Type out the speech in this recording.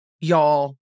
y'all